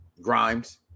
Grimes